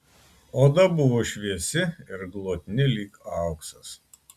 oda buvo šviesi ir glotni lyg auksas